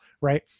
right